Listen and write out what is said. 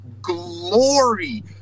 glory